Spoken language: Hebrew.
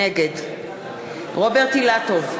נגד רוברט אילטוב,